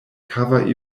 cover